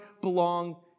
belong